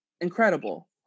Incredible